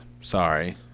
Sorry